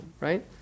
Right